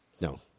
No